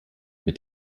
mit